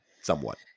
somewhat